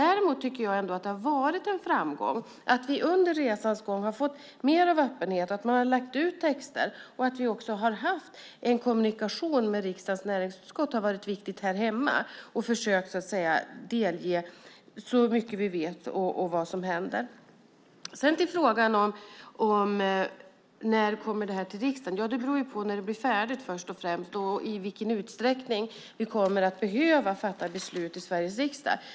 Jag tycker dock att det har varit en framgång att vi under resans gång har fått mer av öppenhet och att man har lagt ut texter, och att vi har haft en kommunikation med riksdagens näringsutskott har varit viktigt här hemma. Vi har försökt delge utskottet vad som händer och så mycket vi vet. När kommer då ACTA-avtalet till riksdagen? Det beror först och främst på när det blir färdigt och i vilken utsträckning vi kommer att behöva fatta beslut i Sveriges riksdag.